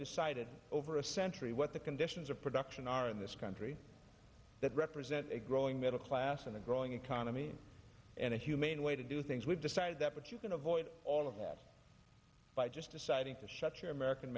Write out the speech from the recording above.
decided over a century what the conditions of production are in this country that represent a growing middle class and a growing economy and a humane way to do things we've decided that but you can avoid all of that by just deciding to shut your american